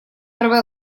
эрве